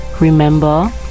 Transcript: remember